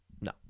no